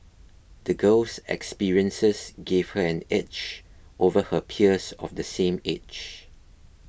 the girl's experiences gave her an edge over her peers of the same age